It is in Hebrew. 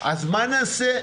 אז מה נעשה?